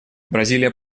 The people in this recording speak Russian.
бразилия